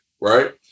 Right